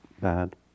bad